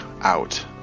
out